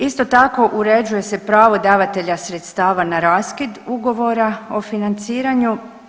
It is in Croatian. Isto tako, uređuje se pravo davatelja sredstava na raskid ugovora o financiranju.